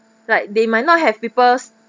like they might not have people